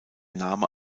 name